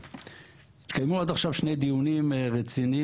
התקיימו עד עכשיו שני דיונים רציניים